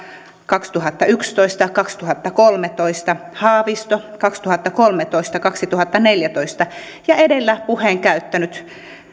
kaksituhattayksitoista viiva kaksituhattakolmetoista haavisto kaksituhattakolmetoista viiva kaksituhattaneljätoista ja edellä